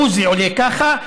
עוזי עולה ככה,